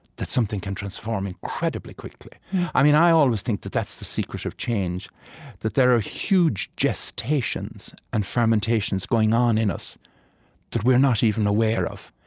that something can transform incredibly quickly i mean i always think that that's the secret of change that there are huge gestations and fermentations going on in us that we are not even aware of.